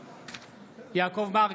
בעד יעקב מרגי,